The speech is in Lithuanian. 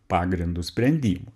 pagrindu sprendimų